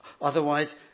Otherwise